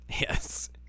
Yes